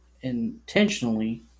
intentionally